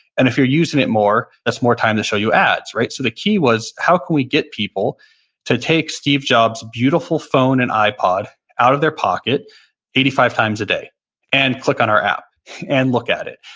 and if you're using it more, that's more time to show you ads so the key was how can we get people to take steve jobs' beautiful phone and ipod out of their pocket eighty five times a day and click on our app and look at it.